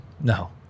No